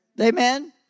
Amen